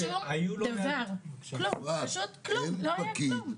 שום דבר, פשוט כלום, לא היה כלום.